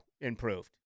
improved